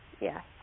Yes